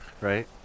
Right